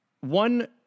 one